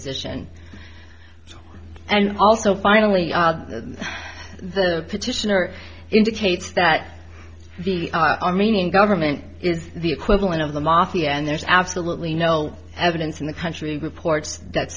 position and also finally the petitioner indicates that the armenian government is the equivalent of the mafia and there's absolutely no evidence in the country reports that